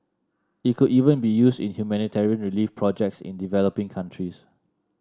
it could even be used in humanitarian relief projects in developing countries